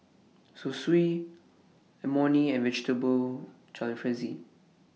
Zosui Imoni and Vegetable Jalfrezi